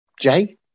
Jay